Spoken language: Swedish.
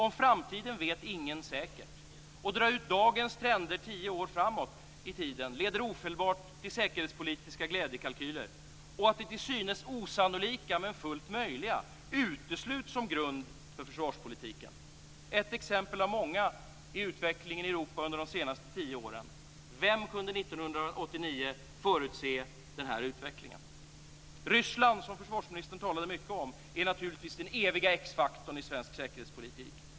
Om framtiden vet ingen säkert. Att dra ut dagens trender tio år framåt i tiden leder ofelbart till säkerhetspolitiska glädjekalkyler och till att det till synes osannolika men fullt möjliga utesluts som grund för försvarspolitiken. Ett exempel av många är utvecklingen i Europa under de senaste tio åren. Vem kunde 1989 förutse den här utvecklingen? Ryssland, som försvarsministern talade mycket om, är naturligtvis den eviga x-faktorn i svensk säkerhetspolitik.